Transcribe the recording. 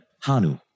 Hanu